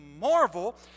marvel